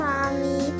Mommy